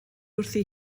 wrthi